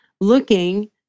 looking